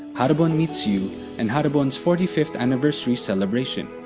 haribon meets u and haribon's forty fifth anniversary celebration.